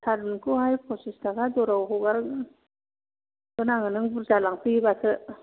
थारुनखौहाय पसिस थाखा द'राव हगार हगारना होगोन नों बुरजा लांफैयोबासो